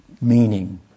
meaning